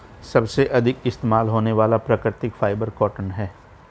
सबसे अधिक इस्तेमाल होने वाला प्राकृतिक फ़ाइबर कॉटन है